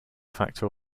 factor